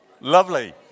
Lovely